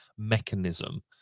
mechanism